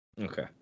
Okay